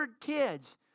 kids